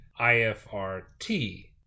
IFRT